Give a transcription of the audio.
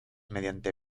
mediante